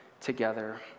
together